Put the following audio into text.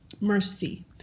mercy